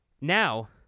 Now